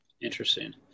interesting